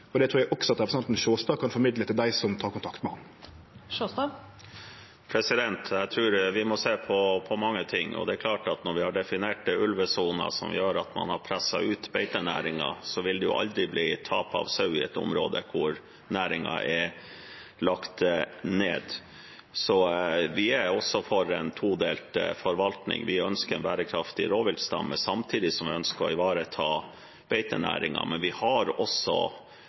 han. Jeg tror vi må se på mange ting. Det er klart at når vi har definerte ulvesoner, som gjør at man har presset ut beitenæringen, områder hvor næringen er lagt ned, vil det aldri bli tap av sau. Vi er også for en todelt forvaltning. Vi ønsker en bærekraftig rovviltstamme samtidig som vi ønsker å ivareta beitenæringen, men innenfor lovverket, regelverket og internasjonale konvensjoner har vi også